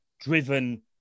driven